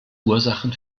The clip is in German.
ursachen